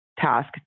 task